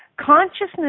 Consciousness